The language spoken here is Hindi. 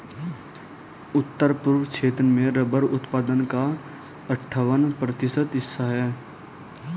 उत्तर पूर्व क्षेत्र में रबर उत्पादन का अठ्ठावन प्रतिशत हिस्सा है